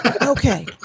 Okay